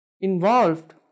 involved